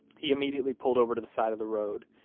he immediately pulled over to the side of the road.